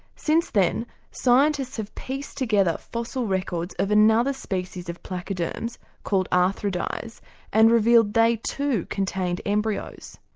since then scientists have pieced together fossil records of another species of placoderms called arthrodires, and revealed they too contained embryos.